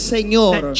Señor